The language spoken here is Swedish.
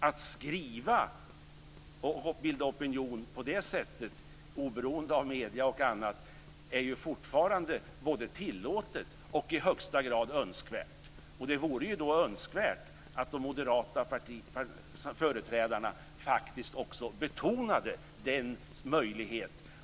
Att skriva och på det sättet bilda opinion är ju fortfarande både tillåtet och i högsta grad önskvärt. Det vore därför önskvärt att de moderata företrädarna betonade den möjligheten.